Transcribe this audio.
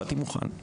באתי מוכן.